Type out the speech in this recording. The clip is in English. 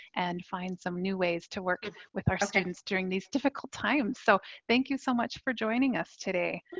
and find some new ways to work with our students during these difficult times. so thank you so much for joining us today.